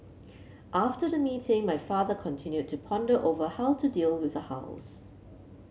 after the meeting my father continued to ponder over how to deal with the house